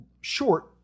Short